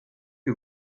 que